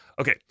Okay